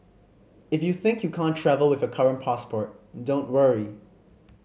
if you think you can't travel with your current passport don't worry